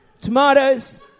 tomatoes